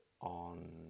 on